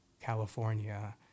california